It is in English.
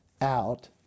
out